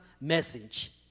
message